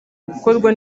gukorwa